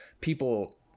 people